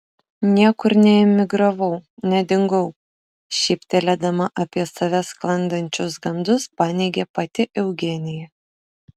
niekur neemigravau nedingau šyptelėdama apie save sklandančius gandus paneigė pati eugenija